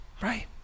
Right